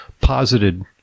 posited